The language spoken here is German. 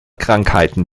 krankheiten